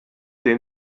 den